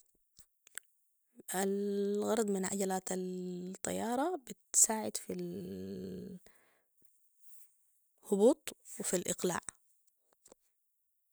الغرض من عجلات الطيارة بتساعد في الهبوط وفي الإقلاع